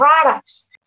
products